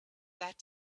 that